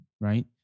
Right